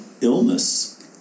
illness